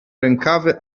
rękawy